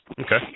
Okay